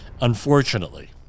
unfortunately